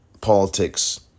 politics